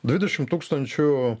dvidešim tūkstančių